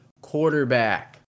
quarterback